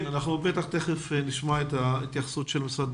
תיכף נשמע התייחסות משרד